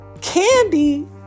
Candy